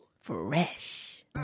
Fresh